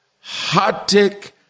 heartache